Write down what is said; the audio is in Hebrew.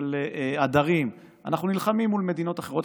של הדרים, אנחנו נלחמים מול מדינות אחרות.